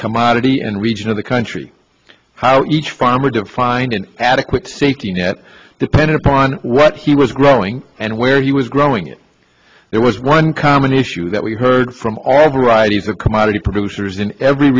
commodity and region of the country how each farmer defined an adequate safety net depended upon what he was growing and where he was growing it there was one common issue that we heard from all varieties of commodity producers in every